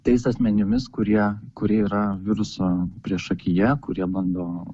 tais asmenimis kurie kurie yra viruso priešakyje kurie bando